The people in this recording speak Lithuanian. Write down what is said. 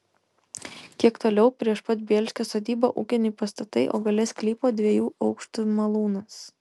kiek toliau prieš pat bielskio sodybą ūkiniai pastatai o gale sklypo dviejų aukštų malūnas